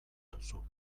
duzu